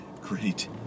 great